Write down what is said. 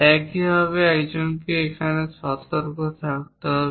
একইভাবে একজনকে এখানে সতর্ক থাকতে হবে